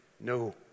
No